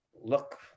look